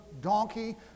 donkey